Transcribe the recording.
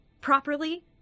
properly